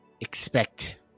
expect